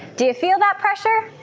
do you feel that pressure?